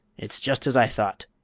it's just as i thought,